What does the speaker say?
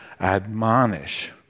admonish